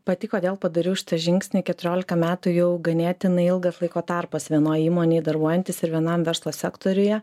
pati kodėl padariau šitą žingsnį keturiolika metų jau ganėtinai ilgas laiko tarpas vienoj įmonėj darbuojantis ir vienam verslo sektoriuje